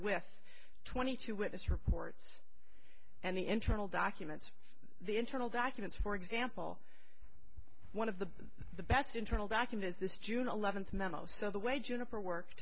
with twenty two witness reports and the internal documents the internal documents for example one of the the best internal documents this june eleventh memo so the way juniper worked